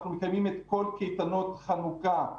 אנחנו מקיימים את קייטנות חנוכה,